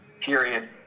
period